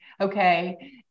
Okay